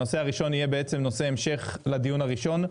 הנושא הראשון יהיה בעצם נושא המשך לדיון הראשון.